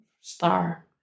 star